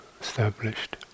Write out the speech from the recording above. established